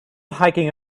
hiking